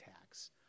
tax